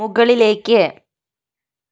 മുകളിലേക്ക്